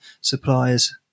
suppliers